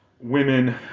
women